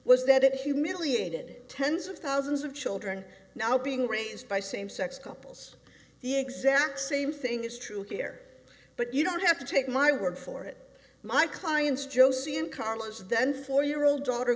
was that it humiliated tens of thousands of children now being raised by same sex couples the exact same thing is true here but you don't have to take my word for it my clients josee in karla's then four year old daughter